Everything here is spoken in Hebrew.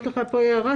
יש לך פה הערה,